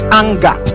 anger